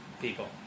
People